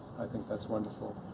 i think that's wonderful.